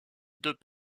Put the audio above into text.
deux